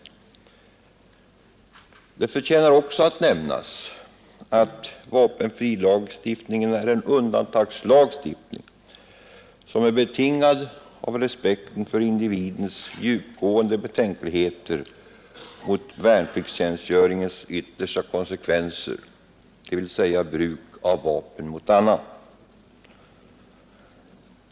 Det förtjänar också att nämnas att vapenfrilagstiftningen är en undantagslagstiftning, betingad av respekten för individens djupgående betänkligheter mot värnpliktstjänstgöringens yttersta konsekvenser, dvs. bruket av vapen mot annan.